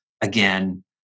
again